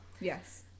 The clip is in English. Yes